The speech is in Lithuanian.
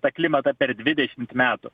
tą klimatą per dvidešimt metų